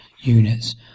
units